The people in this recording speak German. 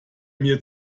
mir